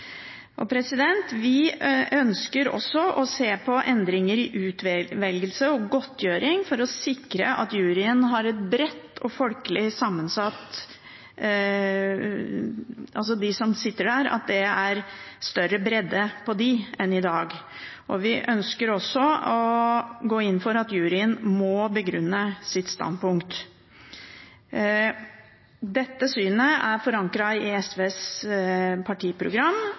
enn juryordningen. Vi ønsker også å se på endringer i utvelgelse og godtgjøring for å sikre at juryen er bredt og folkelig sammensatt – at det er større bredde i utvalget av dem som sitter der, enn i dag. Vi ønsker også å gå inn for at juryen må begrunne sitt standpunkt. Dette synet er forankret i SVs partiprogram,